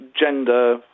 gender